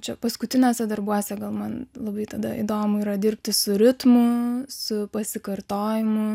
čia paskutiniuose darbuose gal man labai tada įdomu yra dirbti su ritmu su pasikartojimu